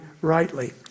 rightly